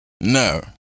No